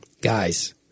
Guys